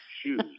shoes